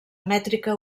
mètrica